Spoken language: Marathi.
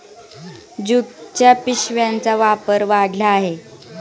ज्यूटच्या पिशव्यांचा वापर वाढला आहे